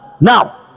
Now